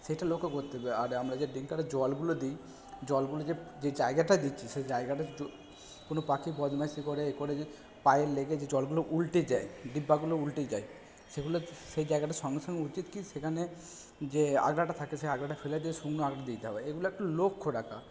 সেইটা লক্ষ্য কত্তে হবে আর আমরা যে ডেঙ্কারে জলগুলো দিই জলগুলো যে যে জায়গাটা দিচ্ছি সে জায়গাটায় একটু কোনো পাখি বদমাইশি করে এ করে যে পায়ে লেগে যে জলগুলো উল্টে যায় ডিব্বাগুলো উল্টে যায় সেগুলো সেই জায়গাটা সঙ্গে সঙ্গে উচিত কি সেখানে যে আগড়াটা থাকে সে আগড়াটা ফেলে দিয়ে শুগনো আগড়া দিয়ে দিতে হবে এগুলা একটু লক্ষ্য রাখা